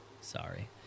Sorry